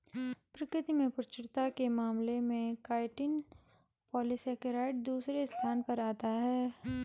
प्रकृति में प्रचुरता के मामले में काइटिन पॉलीसेकेराइड दूसरे स्थान पर आता है